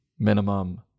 minimum